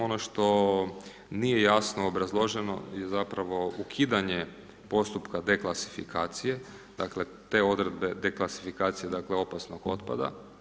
Ono što nije jasno obrazloženo je zapravo ukidanje postupka deklasifikacije, dakle te odredbe deklasifikacije, dakle opasnog otpada.